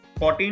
14